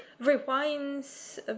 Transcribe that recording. Rewind's